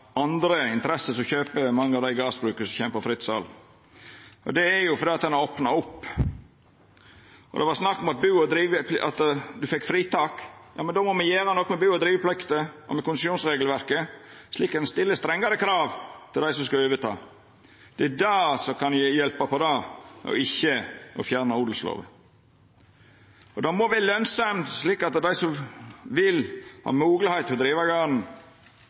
er fordi ein har opna opp. Det var snakk om at ein fekk fritak. Då må ein gjera noko med bu- og driveplikta og med konsesjonsregelverket, at ein stiller strengare krav til dei som skal overta. Det er det som kan hjelpa på dette, ikkje å fjerna odelslova. Det må vera lønsemd slik at dei som vil, har moglegheit til å driva garden.